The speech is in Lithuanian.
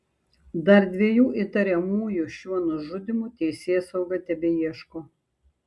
dar dviejų įtariamųjų šiuo nužudymu teisėsauga tebeieško